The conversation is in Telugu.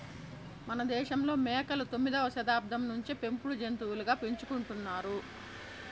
మనదేశంలో మేకలు తొమ్మిదవ శతాబ్దం నుంచే పెంపుడు జంతులుగా పెంచుకుంటున్నారు